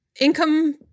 income